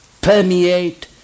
permeate